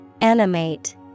Animate